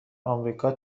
آمریکا